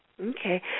Okay